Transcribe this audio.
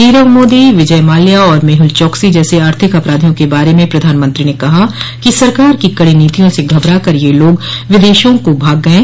नीरव मोदी विजय माल्या और मेहुल चोकसी जैसे आर्थिक अपराधियों के बारे में प्रधानमंत्री ने कहा कि सरकार की कडी नीतियों से घबराकर ये लोग विदेशों को भाग गये